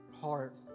heart